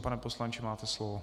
Pane poslanče, máte slovo.